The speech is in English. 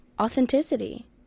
authenticity